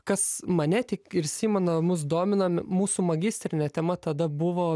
kas mane tik ir simoną mus domina mūsų magistrinė tema tada buvo